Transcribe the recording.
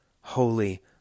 Holy